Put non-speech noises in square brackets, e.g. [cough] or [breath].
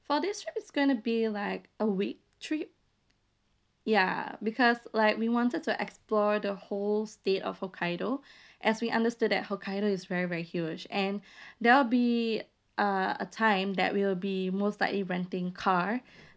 for this trip it's going to be like a week trip ya because like we wanted to explore the whole state of hokkaido [breath] as we understood that hokkaido is very very huge and [breath] there'll be uh a time that we'll be most likely renting car [breath]